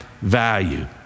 value